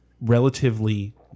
relatively